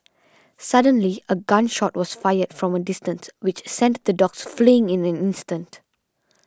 suddenly a gun shot was fired from a distance which sent the dogs fleeing in an instant